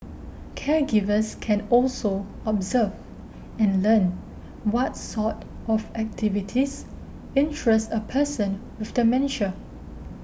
caregivers can also observe and learn what's sort of activities interest a person with dementia